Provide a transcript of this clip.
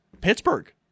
Pittsburgh